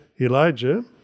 Elijah